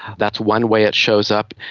that's one way it shows up.